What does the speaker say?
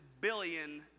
billion